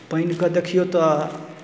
पानिकेँ देखियौ तऽ